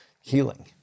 healing